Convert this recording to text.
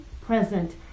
present